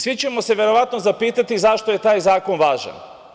Svi ćemo se verovatno zapitati zašto je taj zakon važan.